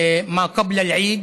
תשלום הגמלה, הקצבאות, לפני החג.